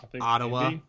Ottawa